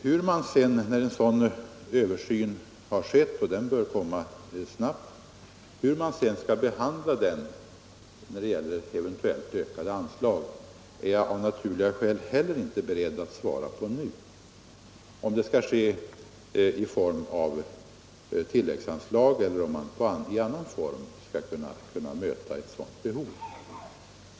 Hur man sedan översynen har skett — den bör komma snabbt — skall behandla frågan om eventuellt ökade anslag är jag av naturliga skäl heller inte beredd att svara på nu — om det skall ske i form av tilläggsanslag eller om man i annan form skall kunna möta behoven.